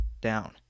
down